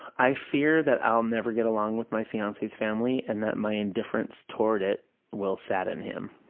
i fear that i'll never get along with my fiance's family and that my indifference toward it will sadden him.